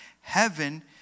Heaven